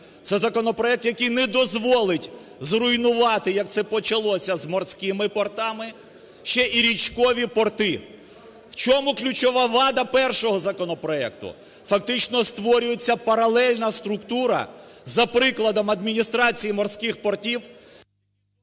це законопроект, який не дозволить зруйнувати, як це почалося з морськими портами, ще і річкові порти. В чому ключова вада першого законопроекту. Фактично створюється паралельна структура за прикладом Адміністрації морських портів…